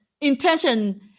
intention